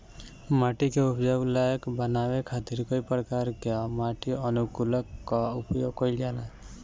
माटी के उपजाऊ लायक बनावे खातिर कई प्रकार कअ माटी अनुकूलक कअ उपयोग कइल जाला